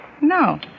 No